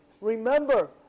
Remember